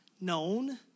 known